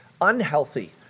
Unhealthy